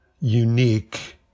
unique